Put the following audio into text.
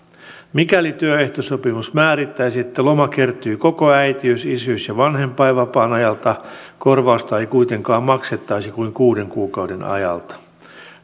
mikäli työehtosopimus määrittäisi että loma kertyy koko äitiys isyys ja vanhempainvapaan ajalta korvausta ei kuitenkaan maksettaisi kuin kuuden kuukauden ajalta